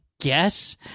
guess